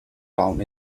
town